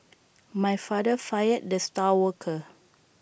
my father fired the star worker